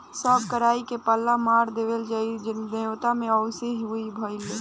सब कराई के पाला मार देहलस जईसे नेवान त असो ना हीए भईल